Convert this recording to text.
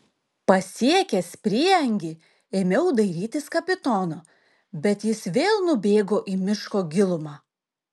pasiekęs prieangį ėmiau dairytis kapitono bet jis vėl nubėgo į miško gilumą